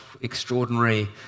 extraordinary